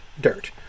dirt